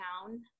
town